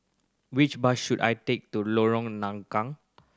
which bus should I take to Lorong Nangka